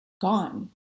gone